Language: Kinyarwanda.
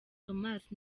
thomas